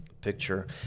picture